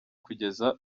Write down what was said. kugeza